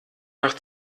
nach